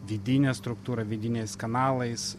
vidine struktūra vidiniais kanalais